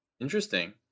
Interesting